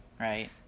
right